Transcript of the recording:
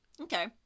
Okay